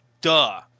Duh